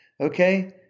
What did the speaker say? Okay